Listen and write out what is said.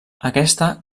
aquesta